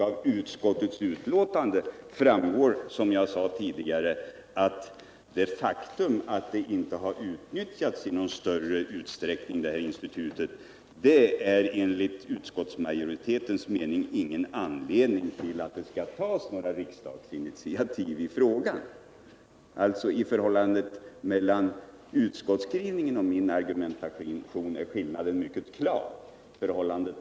Av utskottsbetänkandet framgår, som jag sade tidigare, att det faktum att institutet naturvårdsområde inte har utnyttjats i någon större utsträckning enligt utskottsmajoritetens mening inte är någon anledning för riksdagen att ta initiativ i frågan. Mellan utskottsmajoritetens skrivning och min argumentation är skillnaden mycket klar.